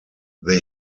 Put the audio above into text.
they